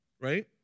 Right